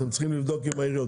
אתם צריכים לבדוק עם העיריות,